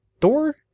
Thor